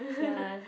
ya